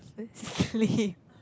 sleep